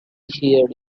heard